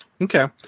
Okay